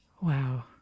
Wow